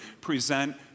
present